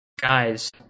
guys